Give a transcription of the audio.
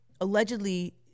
allegedly